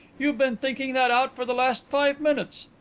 you've been thinking that out for the last five minutes.